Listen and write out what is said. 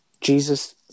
Jesus